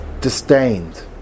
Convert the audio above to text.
disdained